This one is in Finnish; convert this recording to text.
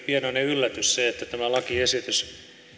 pienoinen yllätys se että tämä lakiesitys